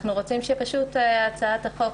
אנחנו רוצים שהצעת החוק